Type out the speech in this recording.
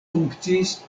funkciis